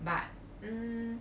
but um